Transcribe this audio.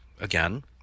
again